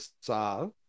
saw